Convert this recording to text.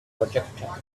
projectile